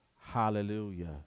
hallelujah